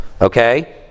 Okay